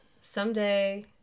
Someday